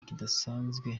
kidasanzwe